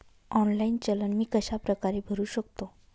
Online चलन मी कशाप्रकारे भरु शकतो?